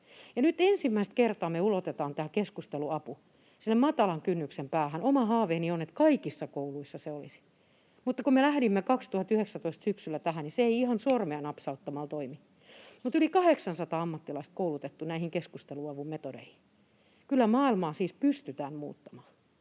nyt ensimmäistä kertaa me ulotetaan tämä keskusteluapu sinne matalan kynnyksen päähän. Oma haaveeni on, että kaikissa kouluissa se olisi, mutta kun me lähdimme 2019 syksyllä tähän, niin se ei ihan sormea napsauttamalla toimi. Mutta yli 800 ammattilaista on koulutettu näihin keskusteluavun metodeihin. Kyllä maailmaa siis pystytään muuttamaan.